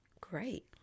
Great